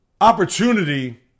opportunity